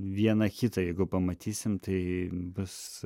vieną kitą jeigu pamatysim tai bus